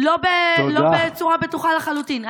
לא בצורה בטוחה לחלוטין.